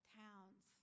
towns